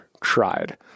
tried